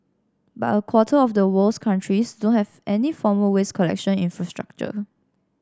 but a quarter of the world's countries don't have any formal waste collection infrastructure